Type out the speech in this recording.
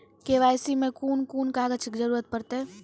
KYC मे कून कून कागजक जरूरत परतै?